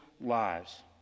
lives